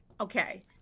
Okay